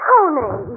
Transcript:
Tony